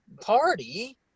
party